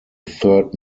third